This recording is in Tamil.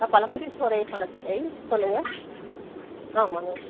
பழமுதிர்ச்சோலை பழக்கடை சொல்லுங்க ஆமாங்க